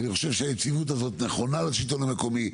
כי אני חושב שהיציבות הזאת נכונה לשלטון המקומי.